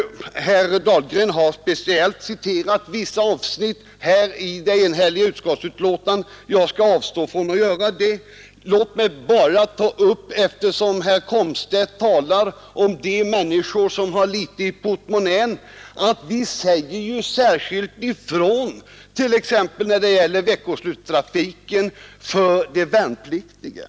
Herr Dahlgren har speciellt citerat vissa avsnitt i det enhälliga utskottsbetänkandet. Jag skall avstå från att göra det. Låt mig bara, eftersom herr Komstedt talar om de människor som har litet i portmonnän, framhålla att vi gör ett särskilt uttalande om veckoslutstrafiken för de värnpliktiga.